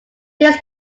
this